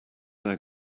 their